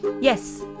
yes